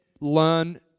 learn